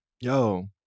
Yo